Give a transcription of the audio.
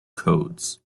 codes